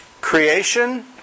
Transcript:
creation